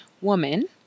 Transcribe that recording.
Woman